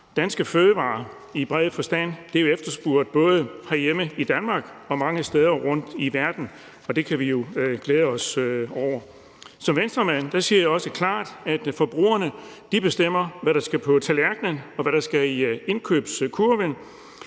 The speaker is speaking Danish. Danske fødevarer i bred forstand er jo efterspurgte, både herhjemme i Danmark og mange steder rundt i verden, og det kan vi glæde os over. Som Venstremand siger jeg også klart, at forbrugerne bestemmer, hvad der skal på tallerkenen, og hvad der skal i indkøbskurven,